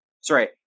Sorry